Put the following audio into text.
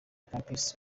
campus